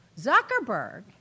Zuckerberg